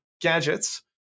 gadgets